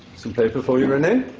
some paper for you, rene.